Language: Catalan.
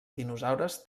dinosaures